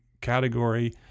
category